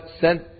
sent